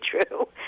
true